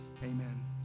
Amen